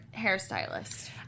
hairstylist